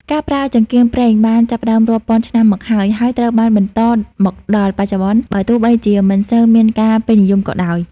ការប្រើចង្កៀងប្រេងបានចាប់ផ្តើមរាប់ពាន់ឆ្នាំមកហើយ ហើយត្រូវបានបន្តមកដល់បច្ចុប្បន្នបើទោះបីជាមិនសូវមានការពេញនិយមក៏ដោយ។